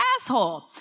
asshole